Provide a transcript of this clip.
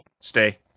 Stay